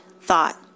thought